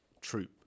troop